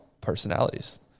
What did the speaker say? personalities